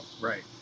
right